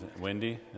Wendy